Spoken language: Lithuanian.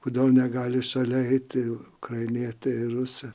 kodėl negali šalia eiti ukrainietė ir rusė